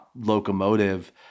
locomotive